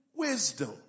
wisdom